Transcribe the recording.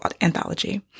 anthology